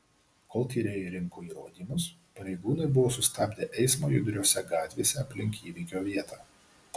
kol tyrėjai rinko įrodymus pareigūnai buvo sustabdę eismą judriose gatvėse aplink įvykio vietą